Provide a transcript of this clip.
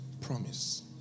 promise